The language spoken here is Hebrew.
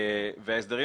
ההסדרים